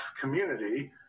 community